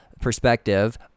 perspective